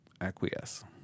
acquiesce